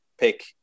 pick